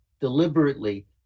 deliberately